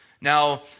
Now